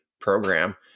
program